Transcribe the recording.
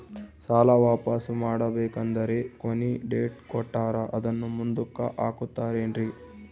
ಸಾಲ ವಾಪಾಸ್ಸು ಮಾಡಬೇಕಂದರೆ ಕೊನಿ ಡೇಟ್ ಕೊಟ್ಟಾರ ಅದನ್ನು ಮುಂದುಕ್ಕ ಹಾಕುತ್ತಾರೇನ್ರಿ?